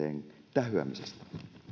tähyämisestä